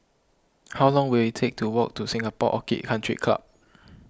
how long will it take to walk to Singapore Orchid Country Club